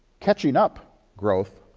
catching-up growth,